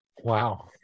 Wow